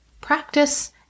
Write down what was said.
practice